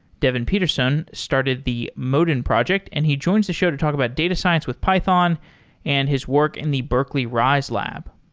devin petersohn started the modin project, and he joins the show to talk about data science with python and his work in the berkeley rise lab.